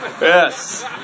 Yes